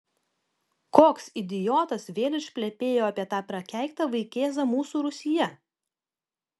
koks idiotas vėl išplepėjo apie tą prakeiktą vaikėzą mūsų rūsyje